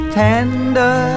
tender